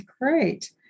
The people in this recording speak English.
Great